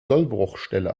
sollbruchstelle